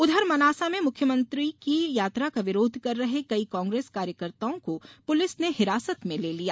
उधर मनासा में मुख्यमंत्री की यात्रा का विरोध कर रहे कई कांग्रेस कार्यकताटओं को पुलिस ने हिरासत में ले लिया